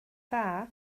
dda